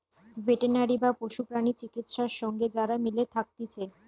veterinary বা পশু প্রাণী চিকিৎসা সঙ্গে যারা মিলে থাকতিছে